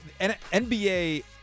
NBA